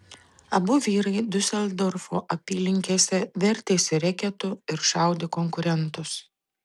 abu vyrai diuseldorfo apylinkėse vertėsi reketu ir šaudė konkurentus